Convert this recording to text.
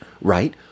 Right